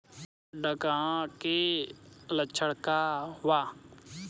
डकहा के लक्षण का वा?